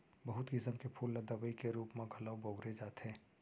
बहुत किसम के फूल ल दवई के रूप म घलौ बउरे जाथे